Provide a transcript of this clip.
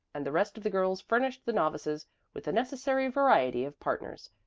and the rest of the girls furnished the novices with the necessary variety of partners,